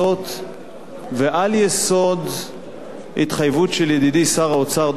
ועל יסוד התחייבות של ידידי שר האוצר ד"ר יובל שטייניץ